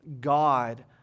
God